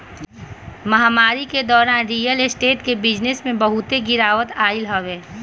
महामारी के दौरान रियल स्टेट के बिजनेस में बहुते गिरावट आइल हवे